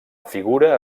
figura